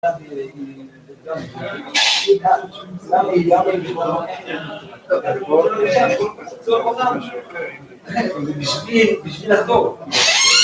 ...בשביל לחזור